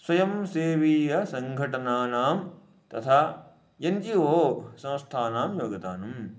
स्वयं सेवीयसङ्घटनानां तथा एन् जी ओ संस्थानां योगदानम्